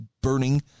burning